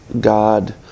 God